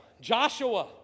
Joshua